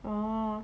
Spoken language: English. orh